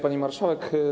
Pani Marszałek!